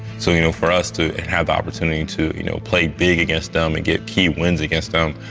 so you know for us to have the opportunity to you know play big against them and get key wins against them,